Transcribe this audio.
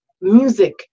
music